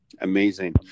Amazing